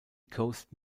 coast